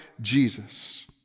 Jesus